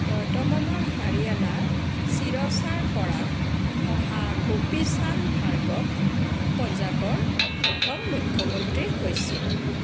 বৰ্তমানৰ হাৰিয়ানাৰ চিৰছাৰ পৰা অহা গোপী চান্দ ভাৰ্গৱ পূব পঞ্জাৱৰ প্ৰথম মুখ্যমন্ত্ৰী হৈছিল